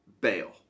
bail